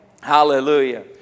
Hallelujah